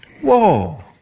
Whoa